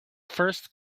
first